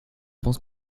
pense